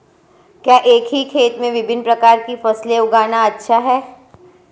क्या एक ही खेत में विभिन्न प्रकार की फसलें उगाना अच्छा है?